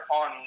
on